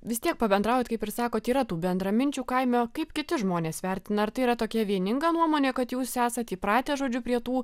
vis tiek pabendraujat kaip ir sakot yra tų bendraminčių kaime kaip kiti žmonės vertina ar tai yra tokia vieninga nuomonė kad jūs esat įpratę žodžiu prie tų